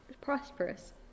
prosperous